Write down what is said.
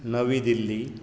नवी दिल्ली